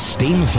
Steam